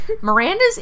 Miranda's